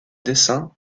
dessin